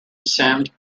assumed